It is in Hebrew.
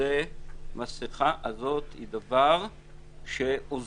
המסכה הזאת היא דבר שעוזר.